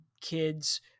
kids